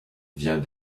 vient